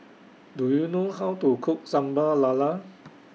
Do YOU know How to Cook Sambal Lala